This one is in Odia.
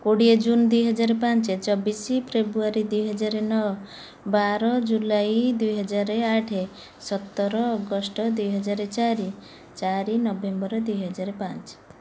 କୋଡ଼ିଏ ଜୁନ ଦୁଇହଜାର ପାଞ୍ଚ ଛବିଶ ଫେବୃୟାରୀ ଦୁଇ ହଜାର ନଅ ବାର ଜୁଲାଇ ଦୁଇହଜାର ଆଠ ସତର ଅଗଷ୍ଟ ଦୁଇହଜାର ଚାରି ଚାରି ନଭେମ୍ବର ଦୁଇ ହଜାର ପାଞ୍ଚ